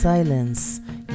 Silence